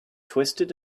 twisted